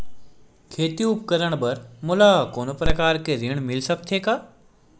खेती उपकरण बर मोला कोनो प्रकार के ऋण मिल सकथे का?